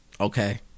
Okay